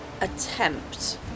attempt